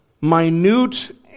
minute